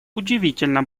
удивительно